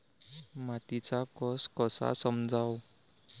मातीचा कस कसा समजाव?